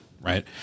right